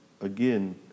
again